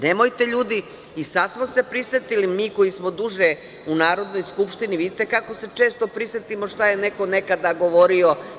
Nemojte, ljudi, i sada smo se prisetili, mi koji smo duže u Narodnoj skupštini, vidite kako se često prisetimo šta je neko nekada govorio.